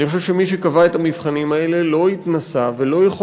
אני חושב שמי שקבע את המבחנים האלה לא התנסה ולא יכול